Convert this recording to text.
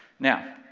now,